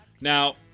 Now